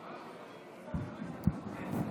אדוני היושב-ראש,